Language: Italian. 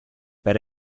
per